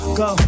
go